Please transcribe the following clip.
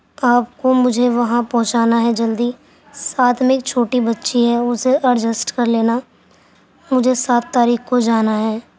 آپ کو مجھے وہاں پہنچانا ہے جلدی ساتھ میں ایک چھوٹی بچی ہے اسے ارجسٹ کر لینا مجھے سات تاریخ کو جانا ہے